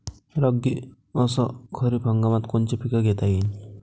रब्बी अस खरीप हंगामात कोनचे पिकं घेता येईन?